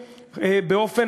באופן,